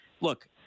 look